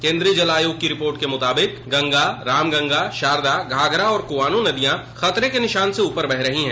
केन्द्रीय जल आयोग की रिपोर्ट के अनुसार गंगा रामगंगा शारदा घाघरा और कुआनों नदियां खतरे के निशान से ऊपर बह रही हैं